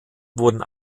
wurden